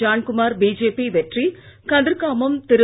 Johnkumar BJP வெற்றி கதிர்காமம் திரு